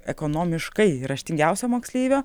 ekonomiškai raštingiausio moksleivio